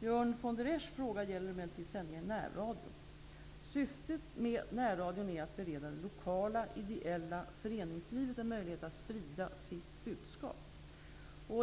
Björn von der Eschs fråga gäller emellertid sändningar i närradio. Syftet med närradion är att bereda det lokala ideella föreningslivet en möjlighet att sprida sitt budskap.